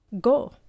go